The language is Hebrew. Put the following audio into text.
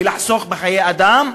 ולחסוך בחיי אדם,